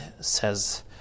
says